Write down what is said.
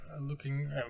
looking